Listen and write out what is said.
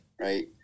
right